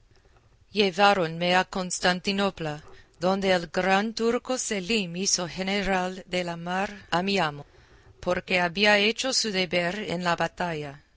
la turquesca armada lleváronme a costantinopla donde el gran turco selim hizo general de la mar a mi amo porque había hecho su deber en la batalla